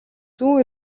зүүн